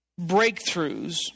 breakthroughs